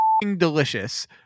delicious